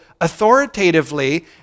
authoritatively